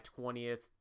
20th